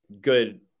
good